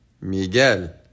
Miguel